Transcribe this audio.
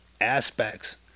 aspects